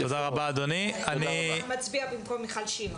אתה מצביע במקום מיכל שיר.